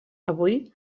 avui